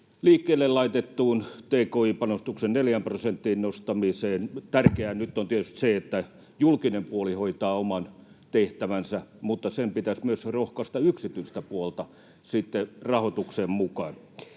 liikkeelle laitettuun tki-panostuksen neljään prosenttiin nostamiseen. Tärkeää nyt on tietysti se, että julkinen puoli hoitaa oman tehtävänsä, mutta sen pitäisi myös rohkaista yksityistä puolta sitten rahoitukseen mukaan.